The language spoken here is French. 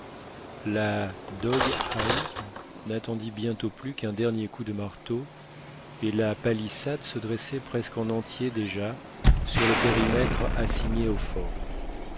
la dog house n'attendit bientôt plus qu'un dernier coup de marteau et la palissade se dressait presque en entier déjà sur le périmètre assigné au fort